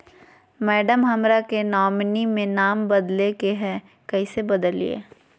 madam, हमरा के nominee में नाम बदले के हैं, कैसे बदलिए